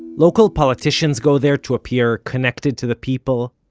local politicians go there to appear connected to the people,